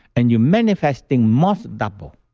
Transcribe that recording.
and you're manifesting more double